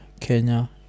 Kenya